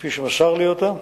כפי שמסר לי אותה: